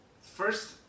first